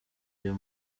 uyu